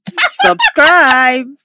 Subscribe